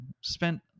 spent